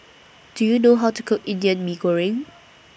Do YOU know How to Cook Indian Mee Goreng